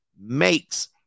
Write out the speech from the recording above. makes